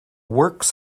works